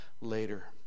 later